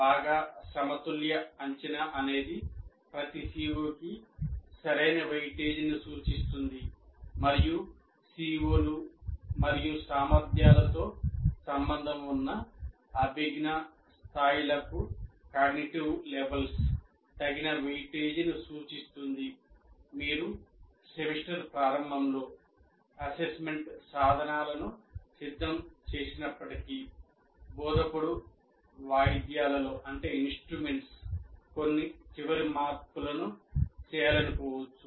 బాగా సమతుల్య అంచనా అనేది ప్రతి CO కి సరైన వెయిటేజీని సూచిస్తుంది మరియు CO లు మరియు సామర్థ్యాలతో సంబంధం ఉన్న అభిజ్ఞా స్థాయిలకు కొన్ని చివరి మార్పులను చేయాలనుకోవచ్చు